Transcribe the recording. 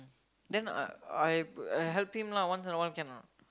then I I I help him lah once in a while can or not